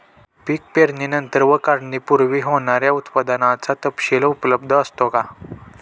पीक पेरणीनंतर व काढणीपूर्वी होणाऱ्या उत्पादनाचा तपशील उपलब्ध असतो का?